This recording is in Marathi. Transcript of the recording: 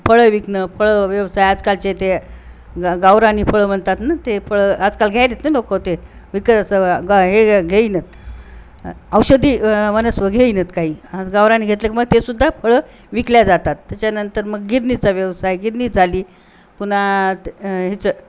फळं विकणं फळं व्यवसाय आजकालचे ते ग गावरानी फळं म्हणतात ना ते फळं आजकाल घ्यायलेत ना लोक ते विकत असं ग हे घेईन औषधी वनस्व घेईनात काही आज गावरानी घेतलं की मग तेसुद्धा फळं विकली जातात त्याच्यानंतर मग गिरणीचा व्यवसाय गिरणी झाली पुन्हा हेचं